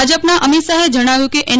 ભાજપના અમીત શાહે જણાવ્યું કે એન